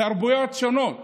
תרבויות שונות